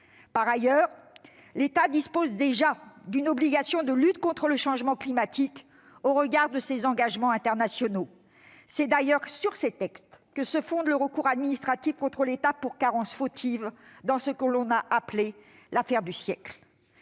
L'État est déjà soumis à une obligation de lutte contre le changement climatique au regard de ses engagements internationaux ... C'est d'ailleurs sur ces derniers que se fonde le recours administratif contre l'État pour carence fautive dans « l'affaire du siècle